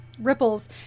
ripples